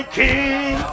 king